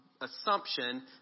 assumption